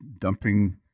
dumping